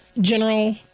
General